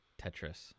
Tetris